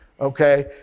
Okay